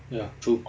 ya true